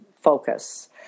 focus